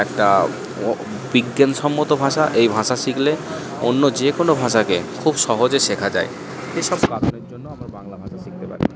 একটা অ বিজ্ঞান সম্মত ভাষা এই ভাষা শিখলে অন্য যে কোনো ভাষাকে খুব সহজে শেখা যায় এসব কারণের জন্য আমরা বাংলা ভাষা শিখতে পারি